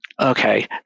okay